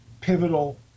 pivotal